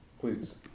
please